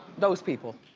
those people.